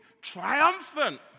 triumphant